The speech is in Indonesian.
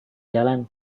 jalan